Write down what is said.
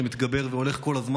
שמתגבר והולך כל הזמן.